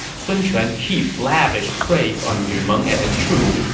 sun quan heaped lavish praise on lu meng and his troops,